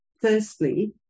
Firstly